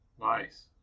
Nice